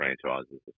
franchises